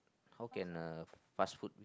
how can a fast food